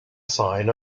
sign